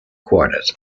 quartet